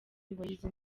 yubahiriza